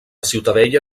ciutadella